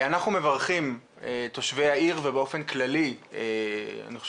אנחנו מברכים את תושבי העיר ובאופן כללי אני חושב